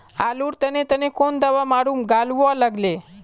आलूर तने तने कौन दावा मारूम गालुवा लगली?